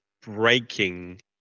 breaking